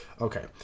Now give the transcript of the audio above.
Okay